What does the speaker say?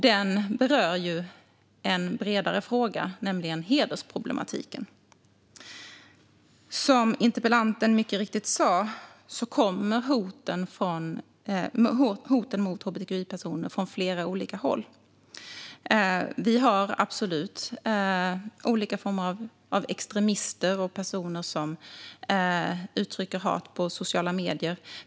Den berör en bredare fråga, nämligen hedersproblematiken. Som interpellanten mycket riktigt sa kommer hoten mot hbtqi-personer från flera olika håll. Vi har absolut olika former av extremister och personer som uttrycker hat på sociala medier.